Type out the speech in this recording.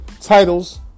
titles